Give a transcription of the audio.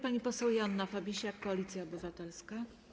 Pani poseł Joanna Fabisiak, Koalicja Obywatelska.